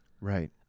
Right